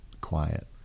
quiet